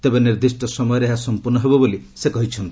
ତେବେ ନିର୍ଦ୍ଦିଷ୍ଟ ସମୟରେ ଏହା ସଂପ୍ରର୍ଣ୍ଣ ହେବ ବୋଲି ସେ କହିଚ୍ଛନ୍ତି